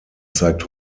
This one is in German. zeigt